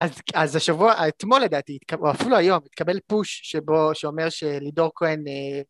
אז השבוע, אתמול לדעתי, או אפילו היום, התקבל פוש שבו, שאומר שלידור כהן